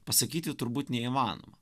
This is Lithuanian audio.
pasakyti turbūt neįmanoma